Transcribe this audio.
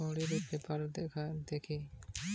corporate আর্থিক সংস্থা যে গুলা টাকা কড়ির বেপার দ্যাখে